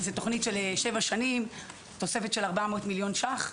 זו תוכנית של שבע שנים, תוספת של 400,000,000 ש"ח,